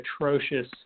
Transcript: atrocious